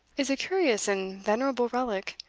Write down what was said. is a curious and venerable relic,